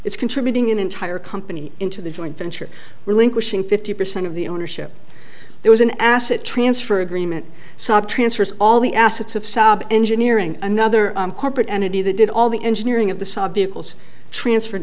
its contributing an entire company into the joint venture relinquishing fifty percent of the ownership there was an asset transfer agreement sop transfers all the assets of south engineering another corporate entity that did all the engineering of the saab vehicles transfer